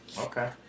Okay